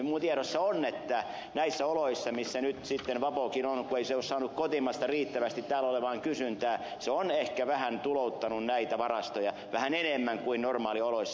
minun tiedossani on että näissä oloissa missä nyt sitten vapokin on kun se ei ole saanut kotimaista riittävästi täällä olevaan kysyntään se on ehkä vähän tulouttanut näitä varastoja vähän enemmän kuin normaalioloissa